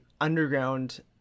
underground